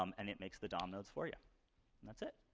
um and it makes the dom nodes for you. and that's it.